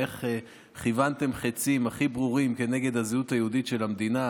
איך כיוונתם חיצים הכי ברורים כנגד הזהות היהודית של המדינה,